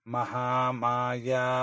Mahamaya